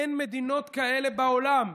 אין מדינות כאלה בעולם,